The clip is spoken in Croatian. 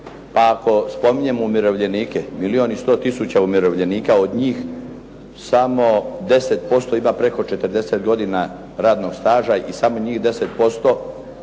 Pa ako spominjemo umirovljenike milijun i sto tisuća umirovljenika od njih samo 10% ima preko 40 godina radnog staža i samo njih 10%